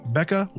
Becca